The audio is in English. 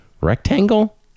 rectangle